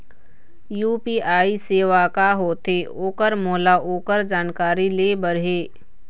UPI सेवा का होथे ओकर मोला ओकर जानकारी ले बर हे?